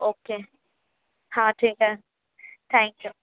okay ہاں ٹھیک ہے تھینک یو